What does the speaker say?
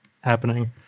happening